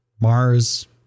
Mars